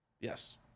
Yes